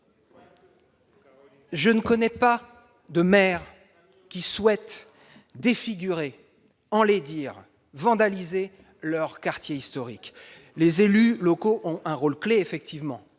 Je ne connais pas de maires qui souhaitent défigurer, enlaidir, vandaliser leurs quartiers historiques. Les élus locaux ont effectivement